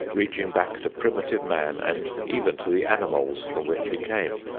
reaching back to primitive man and even to the animals from which he came.